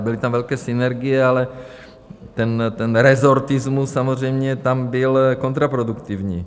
Byly tam velké synergie, ale ten rezortismus samozřejmě tam byl kontraproduktivní.